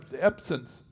absence